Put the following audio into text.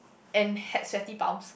and had sweaty palms